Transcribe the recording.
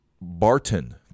Barton